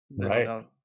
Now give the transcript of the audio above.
right